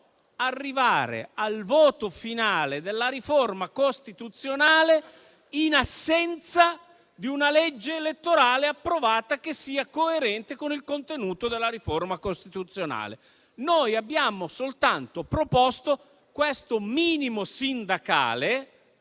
arrivare al voto finale della riforma costituzionale in assenza di una legge elettorale approvata che sia coerente con il contenuto della riforma costituzionale. Noi abbiamo soltanto proposto questo minimo sindacale,